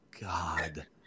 God